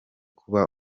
kuba